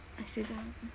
I still don't